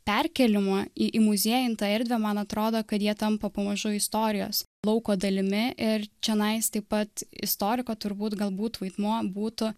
perkėlimą į į muziejintą erdvę man atrodo kad jie tampa pamažu istorijos lauko dalimi ir čionais taip pat istoriko turbūt galbūt vaidmuo būtų